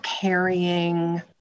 carrying